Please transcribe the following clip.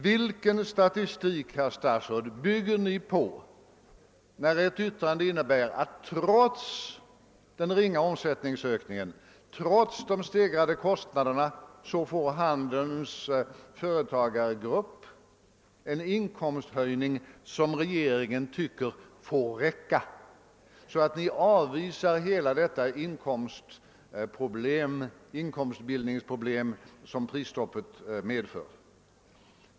Vilken statistik, herr statsråd, bygger Ni på när Ni fäller ett yttrande som innebär att Ni anser, att trots den ringa omsättningsökningen och trots de stegrade kostnaderna så får handelns företagargrupp - en inkomsthöjning som regeringen tycker får räcka och som gör att Ni avvisar hela "det inkomstbildningsproblem som prisstoppet medför?